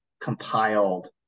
compiled